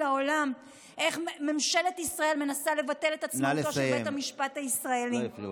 העולם איך ממשלת ישראל מנסה לבטל את עצמאותו של בית המשפט הישראלי.